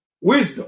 Wisdom